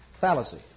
fallacy